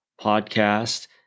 podcast